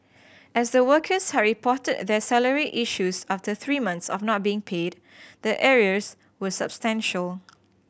as the workers had reported their salary issues after three months of not being paid the arrears were substantial